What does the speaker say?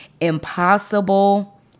impossible